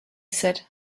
said